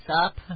up